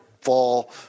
fall